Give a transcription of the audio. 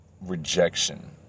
Rejection